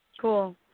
Cool